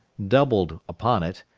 doubled upon it,